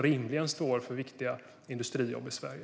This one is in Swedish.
Rimligen handlar det om viktiga industrijobb i Sverige.